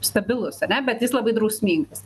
stabilus ane bet jis labai drausmingas